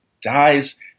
dies